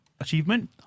achievement